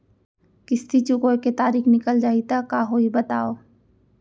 किस्ती चुकोय के तारीक निकल जाही त का होही बताव?